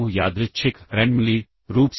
8085 के डिजाइनर ने पहले ही कर रखा है